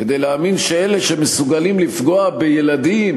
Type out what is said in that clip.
כדי להאמין שאלה שמסוגלים לפגוע בילדים,